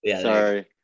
sorry